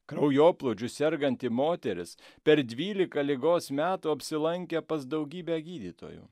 kraujoplūdžiu serganti moteris per dvylika ligos metų apsilankė pas daugybę gydytojų